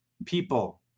People